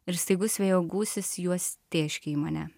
ir staigus vėjo gūsis juos tėškė į mane